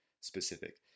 specific